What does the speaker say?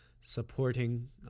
supporting